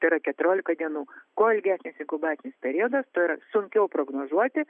tai yra keturiolika dienų kuo ilgesnis inkubacinis periodas tuo yra sunkiau prognozuoti